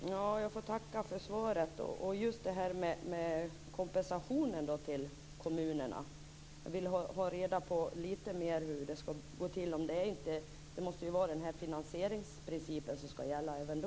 Fru talman! Jag får tacka för svaret. Jag vill ha reda på lite mer hur kompensationen till kommunerna ska gå till. Finansieringsprincipen måste gälla även då.